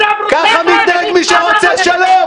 אתם --- כשאתה ישבת קיצרו לך שליש?